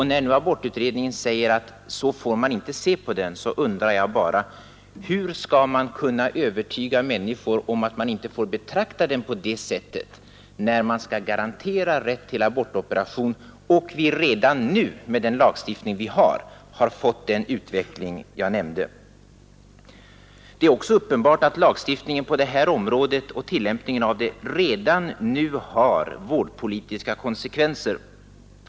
När nu abortutredningen säger att så får man inte se på aborterna, undrar jag bara: Hur skall man kunna övertyga människor om att de inte får betrakta dem på det sättet, när man skall garantera rätt till abortoperation och vi redan nu, med den lagstiftning vi har, fått den utveckling som jag nämnde? Det är också uppenbart att lagstiftningen på detta område och tillämpningen av den redan nu har vårdpolitiska konsekvenser.